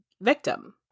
victim